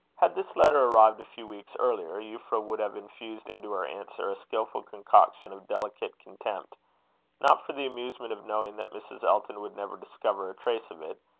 had this letter arrived a few weeks earlier, euphra would have infused into her answer a skilful concoction of delicate contempt not for the amusement of knowing that mrs. elton would never discover a trace of it,